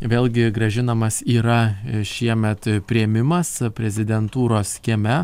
vėlgi grąžinamas yra šiemet priėmimas prezidentūros kieme